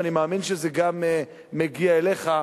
ואני מאמין שזה גם מגיע אליך,